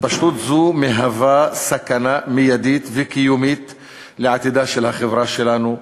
התפשטות זו מהווה סכנה מיידית וקיומית לעתידה של החברה שלנו,